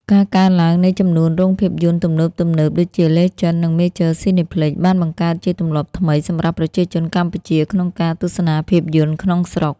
ការកើនឡើងនៃចំនួនរោងភាពយន្តទំនើបៗដូចជា Legend និង Major Cineplex បានបង្កើតជាទម្លាប់ថ្មីសម្រាប់ប្រជាជនកម្ពុជាក្នុងការទស្សនាភាពយន្តក្នុងស្រុក។